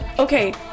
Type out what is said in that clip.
Okay